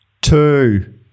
two